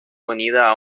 unida